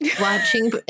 watching